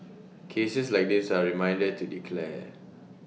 cases like this are reminder to declare